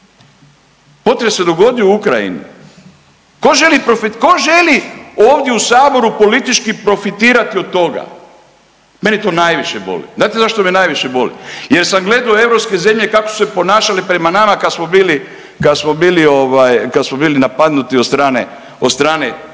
Potres se dogodio u Ukrajini, ko želi profi…, ko želi ovdje u saboru politički profitirati od toga, mene to najviše boli. Znate zašto me najviše boli? Jer sam gledao europske zemlje kako su se ponašale prema nama kad smo bili, kad smo